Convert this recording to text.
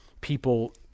people